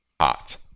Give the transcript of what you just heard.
hot